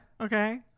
Okay